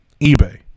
eBay